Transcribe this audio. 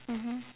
mmhmm